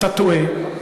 אתה טועה.